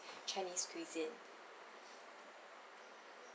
chinese cuisine